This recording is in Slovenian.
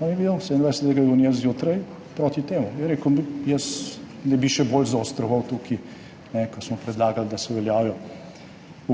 27. junija zjutraj proti temu, rekel je, jaz tukaj ne bi še bolj zaostroval, ko smo predlagali, da se uveljavijo